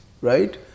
Right